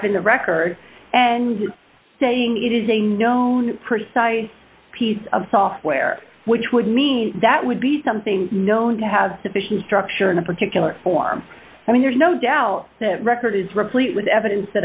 have in the record and saying it is a known precise piece of software which would mean that would be something known to have sufficient structure in a particular form i mean there's no doubt that record is replete with evidence